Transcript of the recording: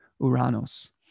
Uranus